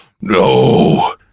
No